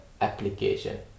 application